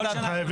שנה.